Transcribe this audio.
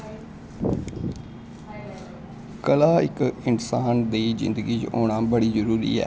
कला इक इंसान दी जिन्दगी च औना बड़ी जरूरी ऐ